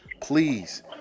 please